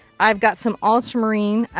i've got some ultramarine.